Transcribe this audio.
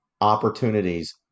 opportunities